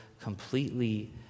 completely